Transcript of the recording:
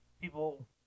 People